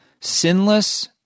sinless